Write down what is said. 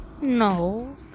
No